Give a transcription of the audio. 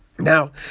Now